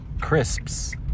crisps